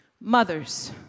Mothers